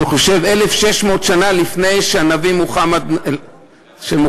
אני חושב, 1,600 שנה לפני שהנביא מוחמד נולד,